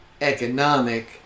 economic